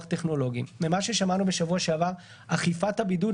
טכנולוגיים; ממה ששמענו בשבוע שעבר לגבי אכיפת הבידוד,